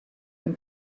and